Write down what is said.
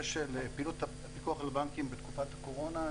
של פעילות הפיקוח על הבנקים בתקופת הקורונה.